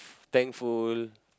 f~ thankful